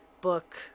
book